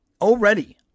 Already